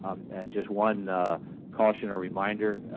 um just one cautionary reminder.